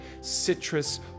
citrus